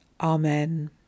Amen